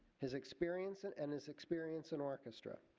his experience and and his experience in orchestra.